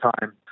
time